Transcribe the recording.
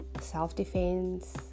self-defense